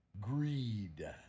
greed